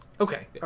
Okay